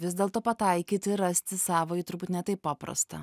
vis dėlto pataikyti ir rasti savąjį turbūt ne taip paprasta